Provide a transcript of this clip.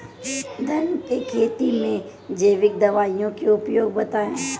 धान के खेती में जैविक दवाई के उपयोग बताइए?